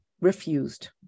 refused